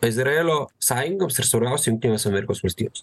izraelio sąjungams ir svarbiausia jungtinėms amerikos valstijoms